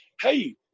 hey